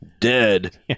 dead